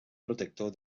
protector